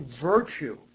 virtue